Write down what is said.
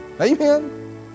Amen